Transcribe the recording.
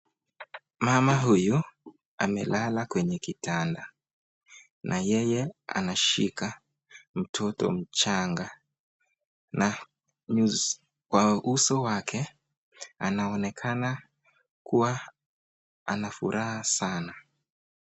Mama huyu amelala kwenye kitanda na yeye anashika mtoto mchanga na kwa uso wake anaonekana kuwa anafuraha sana.